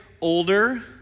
older